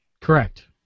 Correct